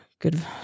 good